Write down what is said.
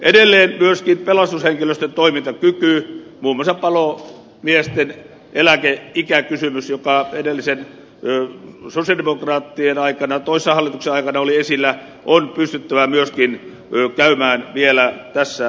edelleen myöskin pelastushenkilöstön toimintakyky muun muassa palomiesten eläkeikäkysymys joka sosialidemokraattien aikana toissa hallituksen aikana oli esillä on pystyttävä käymään vielä tässä läpi